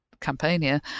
Campania